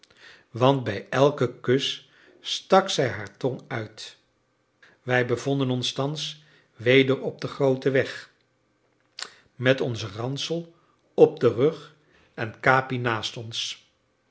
want bij elken kus stak zij haar tong uit wij bevonden ons thans weder op den grooten weg met onzen ransel op den rug en capi naast ons